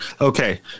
Okay